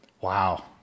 Wow